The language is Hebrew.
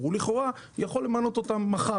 ולכאורה הוא יכול למנות אותם מחר,